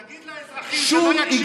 תגיד לאזרחים שלא יקשיבו לממשלה.